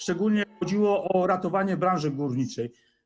Szczególnie chodziło o ratowanie branży górniczej.